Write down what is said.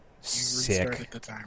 Sick